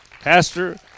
pastor